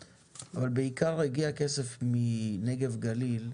שבעיקר הגיע כסף מנגב, גליל,